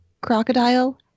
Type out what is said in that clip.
crocodile